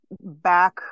back